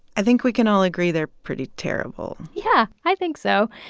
i think we can all agree they're pretty terrible yeah, i think so.